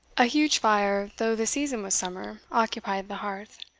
a huge fire, though the season was summer, occupied the hearth,